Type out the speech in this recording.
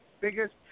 biggest